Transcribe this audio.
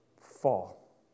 fall